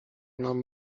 nam